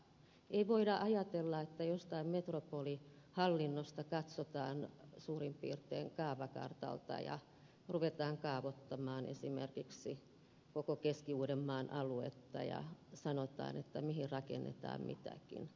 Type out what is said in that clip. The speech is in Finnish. ei voida ajatella että jostain metropolihallinnosta katsotaan suurin piirtein kaavakartalta ja ruvetaan kaavoittamaan esimerkiksi koko keski uudenmaan aluetta ja sanotaan mihin rakennetaan mitäkin